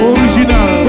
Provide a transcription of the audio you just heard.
Original